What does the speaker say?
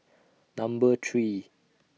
Number three